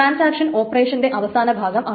transaction ഓപ്പറേഷന്റെ അവസാന ഭാഗമാണ്